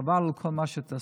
חבל על כל מה שתעשו.